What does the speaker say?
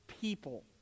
people